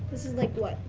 this is like what,